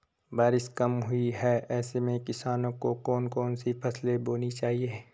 बारिश कम हुई है ऐसे में किसानों को कौन कौन सी फसलें बोनी चाहिए?